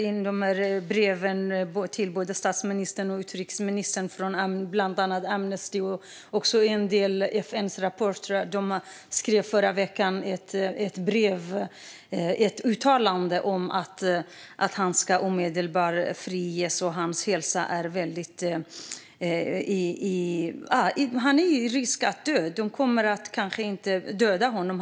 I breven till statsministern och utrikesministern och i en del FN-rapporter finns uttalanden om att Ahmadreza Djalali omedelbart ska friges, att hans hälsa är i fara och att han riskerar att dö.